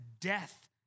death